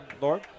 Lord